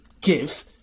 give